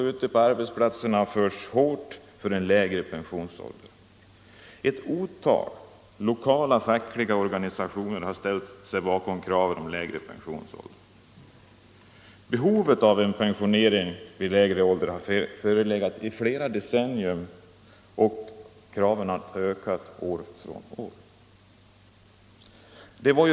Ute på arbetsplatserna har det förts en hård kamp för lägre pensionsålder. Ett otal lokala fackliga organisationer har ställt sig bakom detta krav. Behovet av pensionering vid lägre ålder har förelegat i flera decennier, och kraven har ökat år från år.